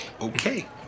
Okay